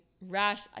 rash